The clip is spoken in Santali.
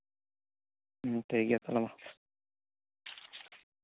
ᱴᱷᱤᱠ ᱜᱮᱭᱟ ᱛᱟᱦᱚᱞᱮ ᱢᱟ